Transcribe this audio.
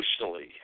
emotionally